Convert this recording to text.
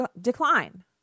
decline